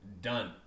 done